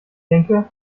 denke